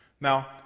Now